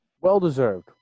Well-deserved